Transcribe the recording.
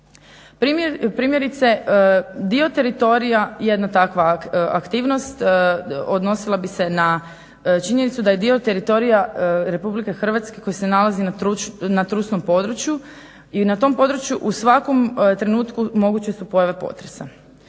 Primjerice, dio teritorija jedna takva aktivnost, odnosila bi se na činjenicu da je dio teritorija Republike Hrvatske koji se nalazi na trusnom području i na tom području u svakom trenutku moguće su pojave potresa.